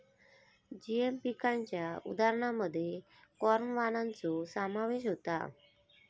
GM पिकांच्या उदाहरणांमध्ये corn वाणांचो समावेश होता